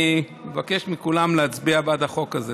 אני מבקש מכולם להצביע בעד החוק הזה.